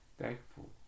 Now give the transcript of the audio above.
Thankful